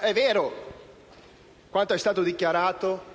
è vero quanto è stato dichiarato,